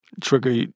Trigger